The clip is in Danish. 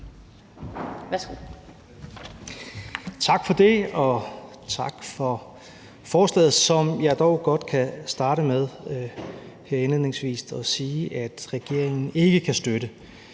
Tak for det, og tak for forslaget, som jeg dog godt kan starte med her indledningsvis at sige at regeringen ikke kan støtte.